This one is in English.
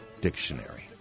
dictionary